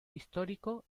histórico